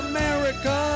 America